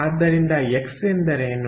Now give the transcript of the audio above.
ಆದ್ದರಿಂದ ಎಕ್ಸ್ ಎಂದರೇನು